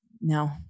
No